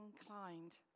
inclined